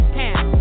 town